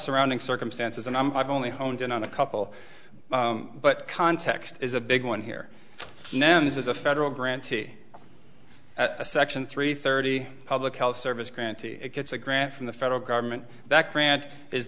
surrounding circumstances and i'm only honed in on a couple but context is a big one here now this is a federal grant section three thirty public health service granted it gets a grant from the federal government that grant is